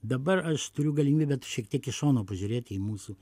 dabar aš turiu galimybę šiek tiek iš šono pažiūrėti į mūsų